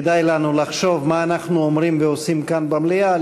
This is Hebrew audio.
כדאי לנו לחשוב מה אנחנו אומרים ועושים כאן במליאה,